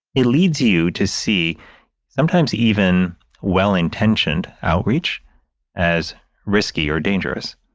it leads you to see sometimes even well-intentioned outreach as risky or dangerous.